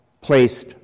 placed